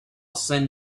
send